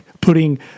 putting